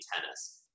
tennis